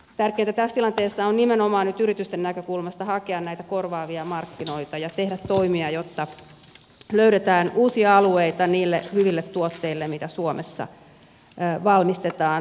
tärkeintä tässä tilanteessa on nimenomaan nyt yritysten näkökulmasta hakea näitä korvaavia markkinoita ja tehdä toimia jotta löydetään uusia alueita niille hyville tuotteille mitä suomessa valmistetaan